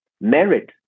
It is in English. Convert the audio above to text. Merit